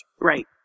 Right